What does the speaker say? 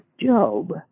Job